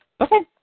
Okay